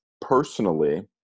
personally